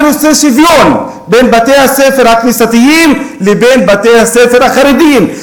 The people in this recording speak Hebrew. אני רוצה שוויון בין בתי-הספר הכנסייתיים לבין בתי-הספר החרדיים.